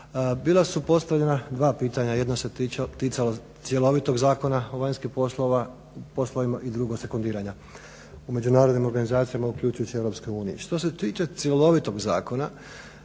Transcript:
Bila su postavljena dva pitanja, jedno se ticalo cjelovitog Zakona o vanjskim poslovima i drugo sekundiranja u međunarodnim organizacijama uključujući EU. Što se tiče cjelovitog zakona